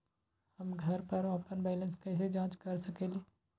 हम घर पर अपन बैलेंस कैसे जाँच कर सकेली?